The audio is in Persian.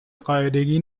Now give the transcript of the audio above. قاعدگی